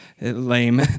Lame